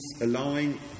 allowing